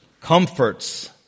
comforts